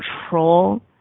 control